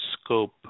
scope